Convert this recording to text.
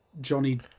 Johnny